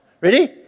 Ready